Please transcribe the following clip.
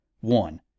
One